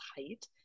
height